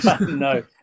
No